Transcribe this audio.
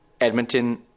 Edmonton